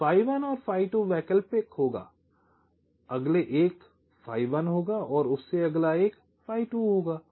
तो phi 1 और phi 2 वैकल्पिक होगा अगले एक phi 1 होगा और उससे अगला एक phi 2 होगा